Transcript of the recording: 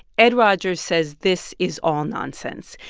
ed rogers says this is all nonsense.